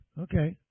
Okay